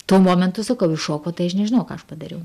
tuo momentu sakau iš šoko tai aš nežinau ką aš padariau